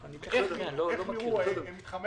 אין בכלל מה להשוות.